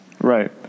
Right